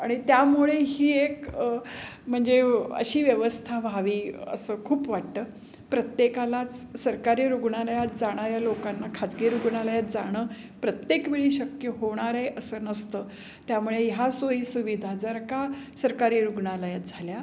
आणि त्यामुळे ही एक म्हणजे अशी व्यवस्था व्हावी असं खूप वाटतं प्रत्येकालाच सरकारी रुग्णालयात जाणाऱ्या लोकांना खाजगी रुग्णालयात जाणं प्रत्येकवेळी शक्य होणार आहे असं नसतं त्यामुळे ह्या सोयीसुविधा जर का सरकारी रुग्णालयात झाल्या